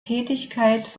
tätigkeit